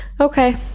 Okay